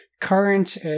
current